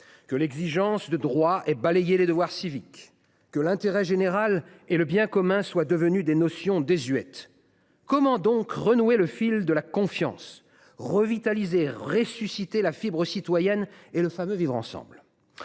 que l’exigence de droits ait balayé les devoirs civiques, que l’intérêt général et le bien commun soient devenus des notions désuètes… Comment donc renouer le fil de la confiance, revitaliser et ressusciter la fibre citoyenne et le fameux « vivre ensemble »